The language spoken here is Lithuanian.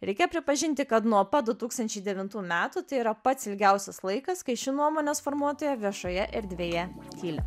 reikia pripažinti kad nuo pat du tūkstančiai devintų metų tai yra pats ilgiausias laikas kai ši nuomonės formuotoja viešoje erdvėje tyli